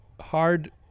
hard